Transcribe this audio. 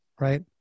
Right